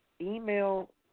email